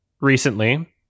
recently